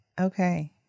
Okay